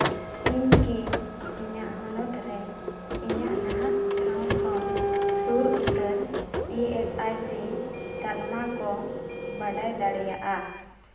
ᱤᱧ ᱠᱤ ᱤᱧᱟᱹᱜ ᱦᱚᱱᱚᱛ ᱨᱮ ᱤᱧᱟᱹᱜ ᱱᱟᱦᱟᱜ ᱴᱷᱟᱶ ᱠᱷᱚᱱ ᱥᱩᱨ ᱩᱛᱟᱹᱨ ᱤ ᱮᱥ ᱟᱭ ᱥᱤ ᱛᱟᱞᱢᱟ ᱠᱚ ᱵᱟᱰᱟᱭ ᱫᱟᱲᱮᱭᱟᱜᱼᱟ